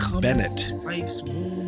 Bennett